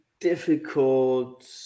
difficult